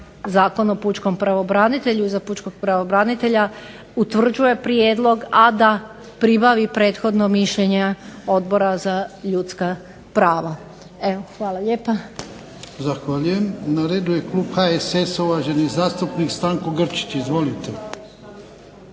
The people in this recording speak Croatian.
Zakon o pučkom pravobranitelju, za pučkog pravobranitelja utvrđuje prijedlog, a da pribavi prethodno mišljenje Odbora za ljudska prava. Hvala lijepa. **Jarnjak, Ivan (HDZ)** Zahvaljujem. Na redu je klub HSS-a, uvaženi zastupnik Stanko Grčić. Izvolite.